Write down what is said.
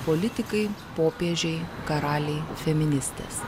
politikai popiežiai karaliai feministės